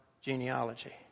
genealogy